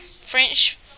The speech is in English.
French